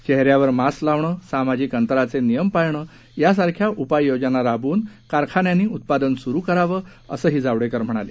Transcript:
चेहऱ्यावर मास्क लावणे सामाजिक अंतराचे नियम पाळणे यासारख्या उपाययोजना राबवून कारखान्यांनी उत्पादन सुरू करावे असंही जावडेकर म्हणाले